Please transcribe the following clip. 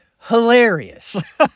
hilarious